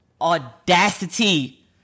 Audacity